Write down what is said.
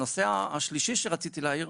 הנושא השלישי שרציתי להעיר,